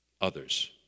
others